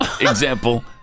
example